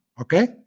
okay